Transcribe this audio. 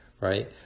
right